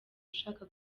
ushaka